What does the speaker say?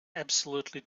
absolutely